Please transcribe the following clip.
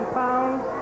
pounds